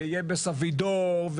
ויהיה בסבידור,